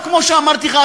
כמו שאמרתי לך,